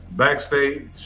backstage